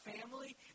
family